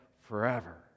forever